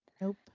nope